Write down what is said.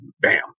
bam